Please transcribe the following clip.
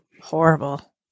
horrible